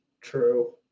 true